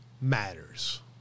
matters